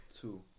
two